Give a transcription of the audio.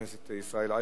חבר הכנסת ישראל אייכלר,